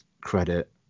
credit